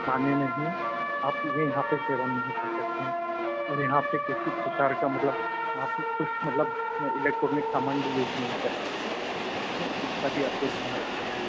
नहीं आप यहाँ पे नहीं कर सकते है और यहाँ पे किसी प्रकार का मतलब आप कुछ मतलब इलेक्ट्रॉनिक सामान भी यूज नहीं कर सकते है इसका भी आपको ध्यान रखना है